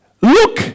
Look